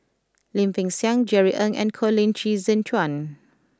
Lim Peng Siang Jerry Ng and Colin Qi Zhe Quan